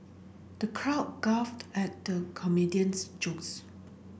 the crowd guffawed at the comedian's jokes